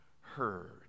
heard